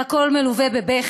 והכול מלווה בבכי.